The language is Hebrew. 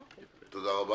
תודה.